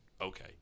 Okay